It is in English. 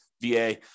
VA